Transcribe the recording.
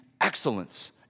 excellence